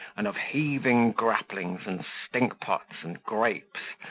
and of heaving grapplings, and stink-pots, and grapes,